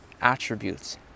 attributes